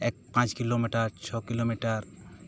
ᱮᱠ ᱯᱟᱸᱪ ᱠᱤᱞᱳᱢᱤᱴᱟᱨ ᱪᱷᱚ ᱠᱤᱞᱳᱢᱤᱴᱟᱨ